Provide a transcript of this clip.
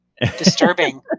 Disturbing